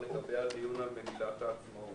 לגבי הדיון על מגילת העצמאות